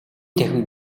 танхимд